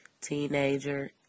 teenager